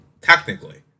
technically